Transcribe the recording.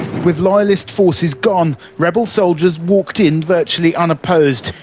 with loyalist forces gone, rebel soldiers walked in virtually unopposed.